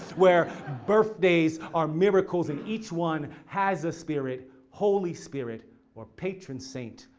where birthdays are miracles and each one has a spirit, holy spirit or patron saint.